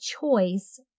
choice